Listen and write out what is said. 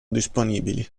disponibili